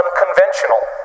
unconventional